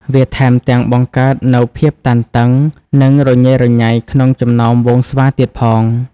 វាថែមទាំង បង្កើតនូវភាពតានតឹង និងរញ៉េរញ៉ៃក្នុងចំណោមហ្វូងស្វាទៀតផង។